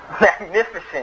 magnificent